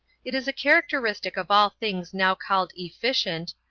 it is a characteristic of all things now called efficient,